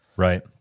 right